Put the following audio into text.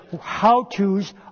how-tos